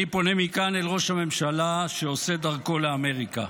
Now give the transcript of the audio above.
אני פונה מכאן אל ראש הממשלה שעושה דרכו לאמריקה: